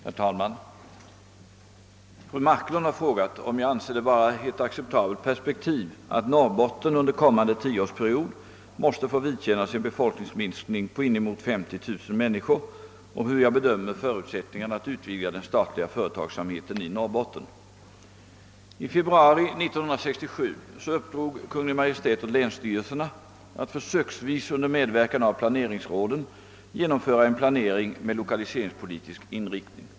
Herr talman! Fru Marklund har frågat om jag anser det vara ett acceptabelt perspektiv att Norrbotten under kommande tioårsperiod måste få vidkännas en befolkningsminskning på inemot 50 000 människor och hur jag bedömer förutsättningarna att utvidga den statliga företagsamheten i Norrbotten. I februari 1967 uppdrog Kungl. Maj:t åt länsstyrelserna att försöksvis under medverkan av planeringsråden genomföra en planering med lokaliseringspolitisk inriktning.